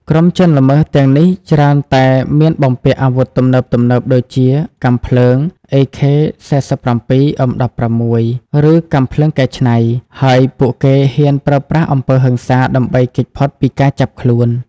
ក្រុមជនល្មើសទាំងនេះច្រើនតែ មានបំពាក់អាវុធទំនើបៗ ដូចជាកាំភ្លើង AK-47 M16 ឬកាំភ្លើងកែច្នៃ ហើយពួកគេហ៊ានប្រើប្រាស់អំពើហិង្សាដើម្បីគេចផុតពីការចាប់ខ្លួន។